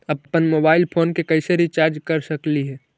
अप्पन mobile phone के कैसे रिचार्ज कर सकली हे?